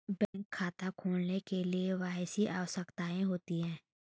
Bank खाता खोलने के लिए के.वाई.सी आवश्यकताएं क्या हैं?